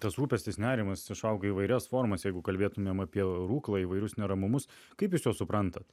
tas rūpestis nerimas išaugo į įvairias formas jeigu kalbėtumėm apie ruklą įvairius neramumus kaip jūs juos suprantat